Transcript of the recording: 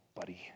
buddy